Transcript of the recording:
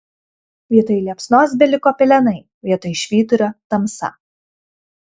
vietoj liepsnos beliko pelenai vietoj švyturio tamsa